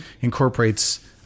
incorporates